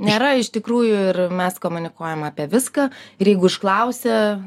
nėra iš tikrųjų ir mes komunikuojam apie viską ir jeigu išklausia